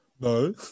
No